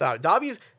Dobby's